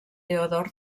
teodor